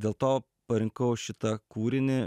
dėl to parinkau šitą kūrinį